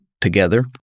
together